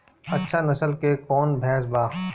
अच्छा नस्ल के कौन भैंस बा?